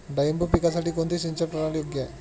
डाळिंब पिकासाठी कोणती सिंचन प्रणाली योग्य आहे?